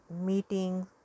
meetings